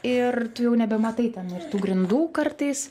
ir tu jau nebematai ten ir tų grindų kartais